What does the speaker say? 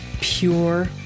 Pure